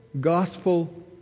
gospel